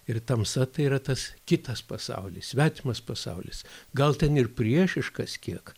ir tamsa tai yra tas kitas pasaulis svetimas pasaulis gal ten ir priešiškas kiek